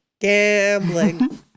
Gambling